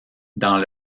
dans